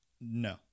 No